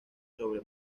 sobre